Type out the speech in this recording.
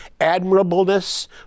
admirableness